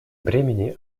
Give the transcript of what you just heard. бремени